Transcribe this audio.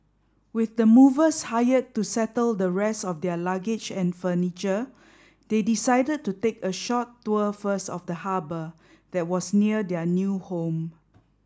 with the movers hired to settle the rest of their luggage and furniture they decided to take a short tour first of the harbour that was near their new home